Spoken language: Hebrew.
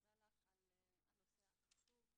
מודה לך על הנושא החשוב.